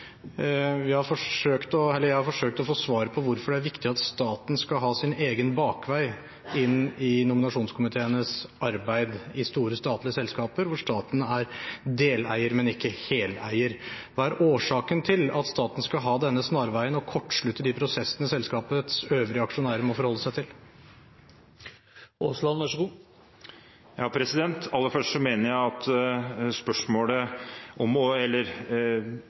Jeg har forsøkt å få svar på hvorfor det er viktig at staten skal ha sin egen bakvei inn i nominasjonskomiteenes arbeid i store statlige selskaper, hvor staten er deleier, men ikke heleier. Hva er årsaken til at staten skal ha denne snarveien og kortslutte de prosessene selskapets øvrige aksjonærer må forholde seg til?